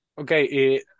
Okay